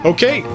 Okay